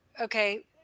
okay